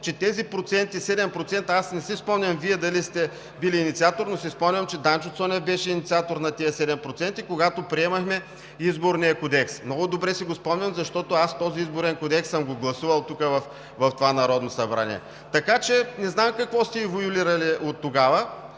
разумни граници. Не си спомням дали Вие сте били инициатор, но си спомням, че Данчо Цонев беше инициатор на тези 7%, когато приемахме Изборния кодекс. Много добре си го спомням, защото Изборния кодекс съм гласувал в това Народното събрание. Така че не знам в какво сте еволюирали оттогава,